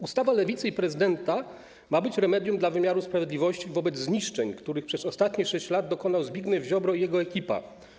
Ustawa Lewicy i prezydenta ma być remedium dla wymiaru sprawiedliwości wobec zniszczeń, których przez ostatnie 6 lat dokonał Zbigniew Ziobro i jego ekipa.